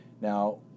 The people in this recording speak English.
Now